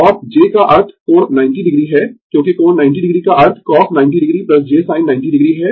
और j का अर्थ कोण 90o है क्योंकि कोण 90o का अर्थ cos 90o j sin 90o है